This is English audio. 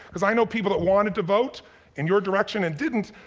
cause i know people that wanted to vote in your direction and didn't,